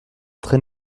très